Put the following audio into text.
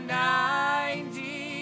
ninety